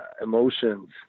emotions